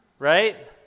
right